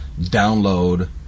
download